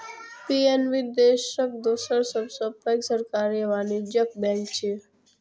PNB देशक दोसर सबसं पैघ सरकारी वाणिज्यिक बैंक छियै